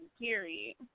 Period